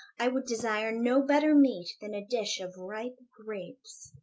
i would desire no better meat than a dish of ripe grapes.